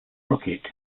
rocket